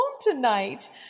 tonight